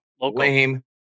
Lame